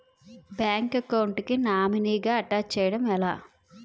Bank account కి nominee గా attach చేయడం ఎలా?